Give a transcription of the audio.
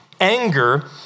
anger